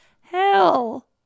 hell